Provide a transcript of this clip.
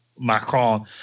Macron